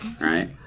right